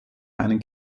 einen